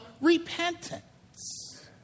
repentance